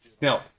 Now